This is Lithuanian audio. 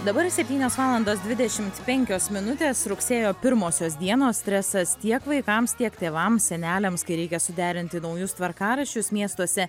dabar septynios valandos dvidešimt penkios minutės rugsėjo pirmosios dienos stresas tiek vaikams tiek tėvams seneliams kai reikia suderinti naujus tvarkaraščius miestuose